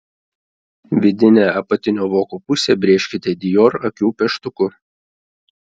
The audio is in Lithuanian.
vidinę apatinio voko pusę brėžkite dior akių pieštuku